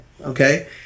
okay